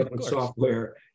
Software